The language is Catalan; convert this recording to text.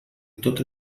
tot